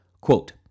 Quote